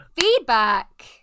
feedback